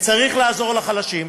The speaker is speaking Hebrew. וצריך לעזור לחלשים,